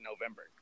November